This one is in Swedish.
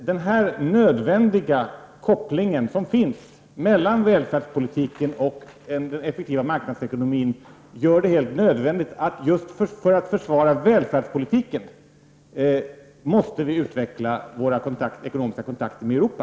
Den nödvändiga kopplingen mellan välfärdspolitiken och den effektiva marknadsekonomin gör att vi för att försvara välfärdspolitiken måste utveckla våra ekonomiska kontakter med Europa.